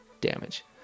damage